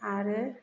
आरो